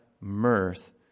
mirth